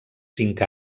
cinc